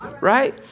Right